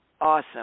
Awesome